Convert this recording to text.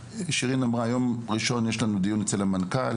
שירין אמרה שביום ראשון יש לנו דיון אצל המנכ״ל